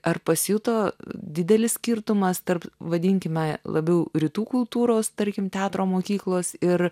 ar pasijuto didelis skirtumas tarp vadinkime labiau rytų kultūros tarkim teatro mokyklos ir